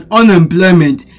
unemployment